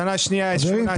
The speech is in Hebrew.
חברים,